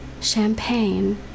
champagne